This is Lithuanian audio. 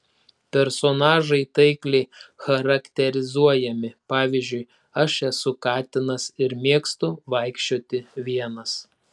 personažai taikliai charakterizuojami pavyzdžiui aš esu katinas ir mėgstu vaikščioti vienas